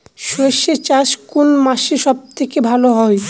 সর্ষে চাষ কোন মাসে সব থেকে ভালো হয়?